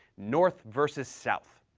north vs. south.